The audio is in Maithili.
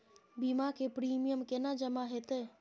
बीमा के प्रीमियम केना जमा हेते?